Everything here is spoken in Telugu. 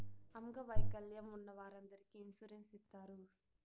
అంగవైకల్యం ఉన్న వారందరికీ ఇన్సూరెన్స్ ఇత్తారు